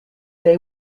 they